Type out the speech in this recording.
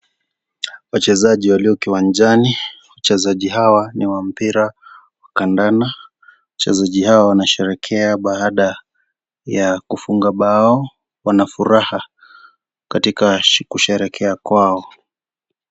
Wachezaji walio kiwanjani, wachezaji hawa ni wa mpira wa kandanda. Wachezaji hawa wanasherekea baada ya kufunga bao. Wana furaha katika kusherekea kwao.